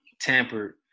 tampered